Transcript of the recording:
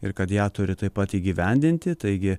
ir kad ją turi taip pat įgyvendinti taigi